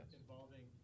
involving